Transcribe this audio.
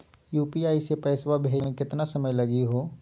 UPI स पैसवा भेजै महिना केतना समय लगही हो?